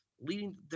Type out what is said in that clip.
leading –